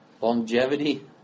longevity